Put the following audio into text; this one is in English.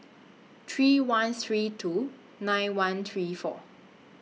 three one three two nine one three four